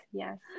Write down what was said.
yes